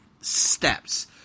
steps